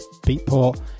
Beatport